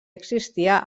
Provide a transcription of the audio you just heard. existia